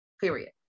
period